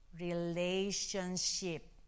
relationship